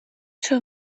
too